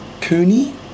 Cooney